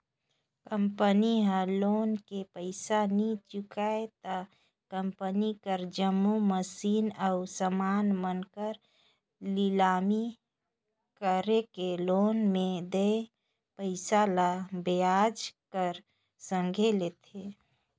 company ह loan के पइसा नी चुकाय त कंपनी कर जम्मो मसीन अउ समान मन कर लिलामी कइरके लोन में देय पइसा ल बियाज कर संघे लेथे